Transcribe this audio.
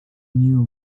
new